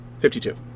52